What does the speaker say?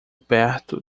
perto